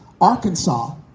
Arkansas